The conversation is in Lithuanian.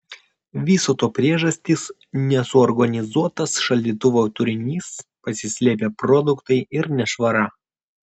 viso to priežastys nesuorganizuotas šaldytuvo turinys pasislėpę produktai ir nešvara